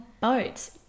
boats